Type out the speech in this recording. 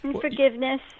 forgiveness